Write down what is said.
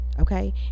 okay